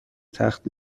تخت